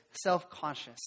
self-conscious